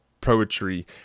Poetry